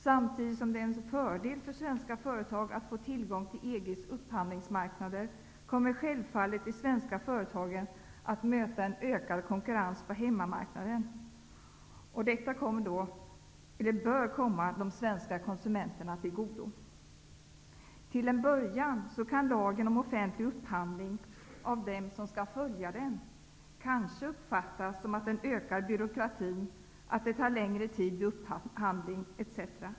Samtidigt som det är en fördel för svenska företag att få tillgång till EG:s upphandlingsmarknader kommer de svenska företagen självfallet att möta en ökad konkurrens på hemmamarknaden. Detta bör komma de svenska konsumenterna till godo. Till en början kan lagen om offentlig upphandling kanske av dem som skall följa den uppfattas som att den ökar byråkratin, att det tar längre tid vid upphandling etc.